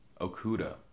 Okuda